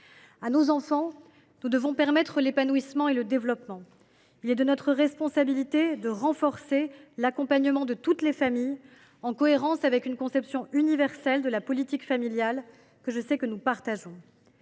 À nos enfants, nous devons permettre l’épanouissement et le développement. Il est de notre responsabilité de renforcer l’accompagnement de toutes les familles, en cohérence avec une conception universelle de la politique familiale que nous partageons,